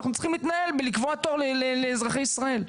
אנחנו צריכים לקבוע תור לאזרחי ישראל.